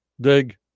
dig